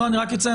אני רק אציין,